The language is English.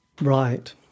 Right